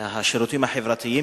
לשירותים החברתיים,